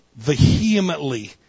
vehemently